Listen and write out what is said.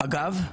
אגב,